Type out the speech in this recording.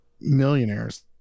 millionaires